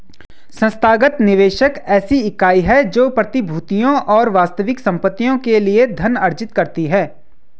संस्थागत निवेशक ऐसी इकाई है जो प्रतिभूतियों और वास्तविक संपत्तियों के लिए धन अर्जित करती है